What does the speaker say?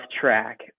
track